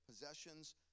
possessions